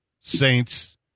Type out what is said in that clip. Saints